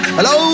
Hello